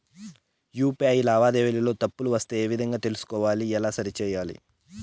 UPI లావాదేవీలలో తప్పులు వస్తే ఏ విధంగా తెలుసుకోవాలి? ఎలా సరిసేయాలి?